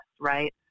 Right